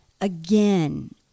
Again